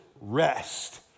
rest